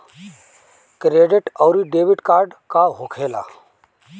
Credit आउरी debit card का होखेला?